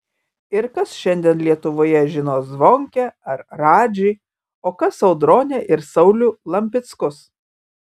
ir kas šiandien lietuvoje žino zvonkę ar radžį o kas audronę ir saulių lampickus